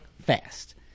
fast